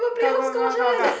got got got got got